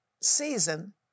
season